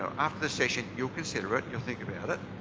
after this session you'll consider it, you'll think about it.